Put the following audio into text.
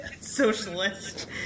socialist